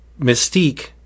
Mystique